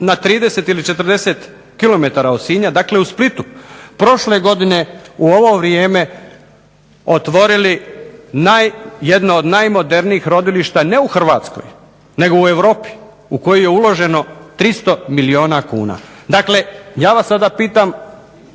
na 30 ili 40 km od Sinja, dakle u Splitu prošle godine u ovo vrijeme otvorili jedno od najmodernijih rodilišta ne u Hrvatskoj nego u Europi u koju je uloženo 300 milijuna kuna. Dakle ja vas sada pitam